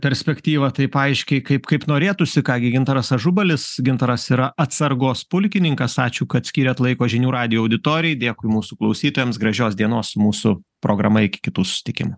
perspektyvą taip aiškiai kaip kaip norėtųsi ką gi gintaras ažubalis gintaras yra atsargos pulkininkas ačiū kad skyrėt laiko žinių radijo auditorijai dėkui mūsų klausytojams gražios dienos mūsų programa iki kitų susitikimų